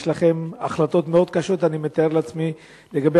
יש לכם החלטות מאוד קשות, אני מתאר לעצמי, לגבי